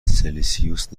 سلسیوس